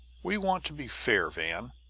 we want to be fair, van.